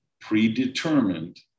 predetermined